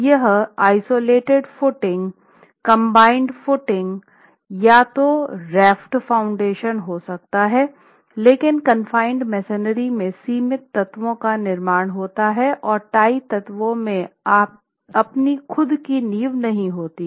यह isolated footing combined footing या तो राफ्ट फुटिंग हो सकता है लेकिन कन्फ़ाइनेड मेसनरी में सीमित तत्वों का निर्माण होता है और टाई तत्वों की अपनी खुद की नींव नहीं होती है